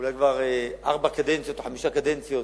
אולי כבר ארבע קדנציות או חמש קדנציות